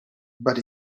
but